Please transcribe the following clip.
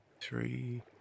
three